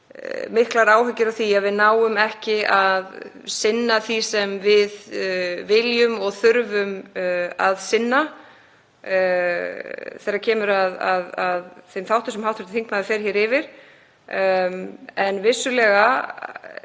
miklar áhyggjur af því að við náum ekki að sinna því sem við viljum og þurfum að sinna þegar kemur að þeim þáttum sem hv. þingmaður fer hér yfir. Vissulega